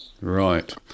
right